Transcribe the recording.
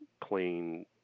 clean